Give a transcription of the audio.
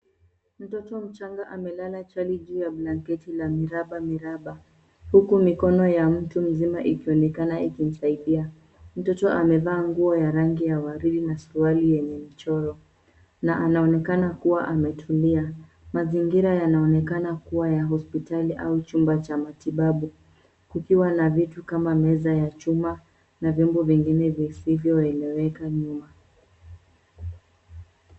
Mtoto mchanga amelala chali juu ya blanketi la miraba miraba. Huku mikono ya mtu mzima ikionekana ikimsaidia. Mtoto amevaa nguo ya rangi ya waridi na suruali yenye michoro, na anaonekana kuwa ametulia. Mazingira yanaonekana kuwa ya hospitali au chumba cha matibabu, kukiwa na vitu kama meza ya chuma, na vyombo vingine visivyoeleweka nyuma.